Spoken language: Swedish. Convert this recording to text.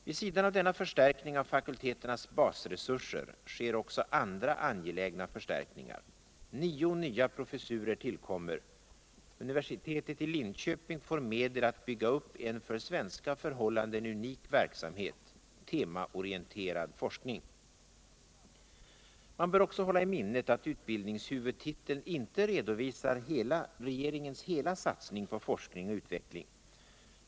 Vid sidan av denna förstärkning av fakulteternas basresurser sker också andra angelägna förstärkningar. Nio nya professurer tillkommer. Universitetet i Linköping får medel att bygga upp en för svenska förhållunden unik verksamhet — temaorienterad forskning. Man bör också hålla i minnet att utbildningshuvudtiteln inte redovisar regeringens hela satsning på forskning och utveckling.